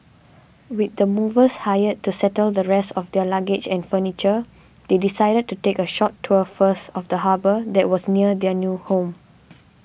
with the movers hired to settle the rest of their luggage and furniture they decided to take a short tour first of the harbour that was near their new home